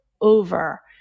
over